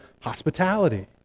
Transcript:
hospitality